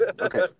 Okay